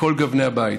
מכל גוני הבית,